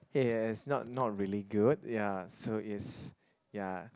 yes not not really good ya so is ya